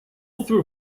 author